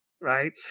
Right